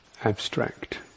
abstract